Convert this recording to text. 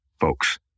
folks